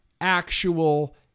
actual